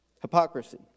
Hypocrisy